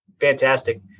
Fantastic